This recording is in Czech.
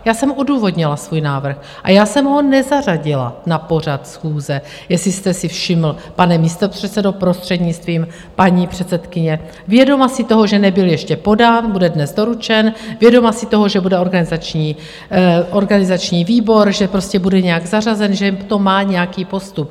Já jsem odůvodnila svůj návrh a já jsem ho nezařadila na pořad schůze, jestli jste si všiml, pane místopředsedo, prostřednictvím paní předsedkyně, vědoma si toho, že nebyl ještě podán, bude dnes doručen, vědoma si toho, že bude organizační výbor, že prostě bude nějak zařazen, že to má nějaký postup.